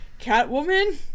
Catwoman